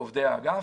לעובדי האגף.